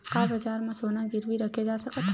का बजार म सोना गिरवी रखे जा सकत हवय?